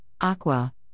aqua